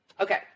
Okay